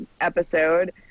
episode